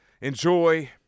Enjoy